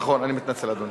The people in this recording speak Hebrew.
נכון, אני מתנצל, אדוני.